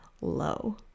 low